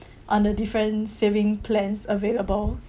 on the different saving plans available